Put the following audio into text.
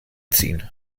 ziehen